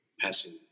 passing